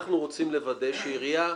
אנחנו רוצים לוודא שעירייה,